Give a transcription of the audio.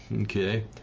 Okay